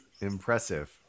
impressive